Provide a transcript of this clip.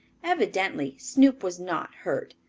evidently snoop was not hurt.